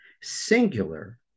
singular